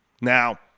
Now